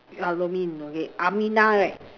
okay Aminah right